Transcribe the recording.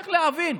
צריך להבין,